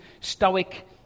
stoic